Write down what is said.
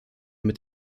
mit